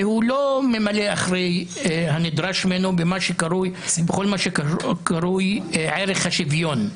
והוא לא ממלא אחרי הנדרש ממנו בכל מה שקרוי ערך השוויון.